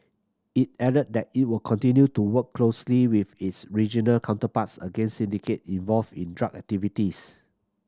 it added that it will continue to work closely with its regional counterparts against syndicate involved in drug activities